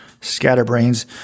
scatterbrains